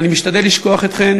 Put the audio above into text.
אני משתדל לשכוח אתכן